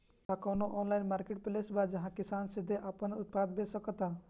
का कोनो online marketplace बा जहां किसान सीधे अपन उत्पाद बेच सकता?